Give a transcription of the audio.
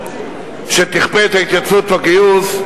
גדולה שתכפה את ההתייצבות לגיוס,